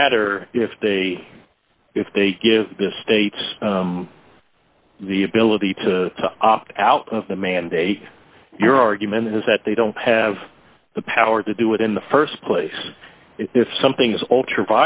matter if they if they give the states the ability to opt out of the mandate your argument is that they don't have the power to do it in the st place if something is alt